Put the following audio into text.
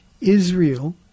Israel